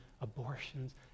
abortions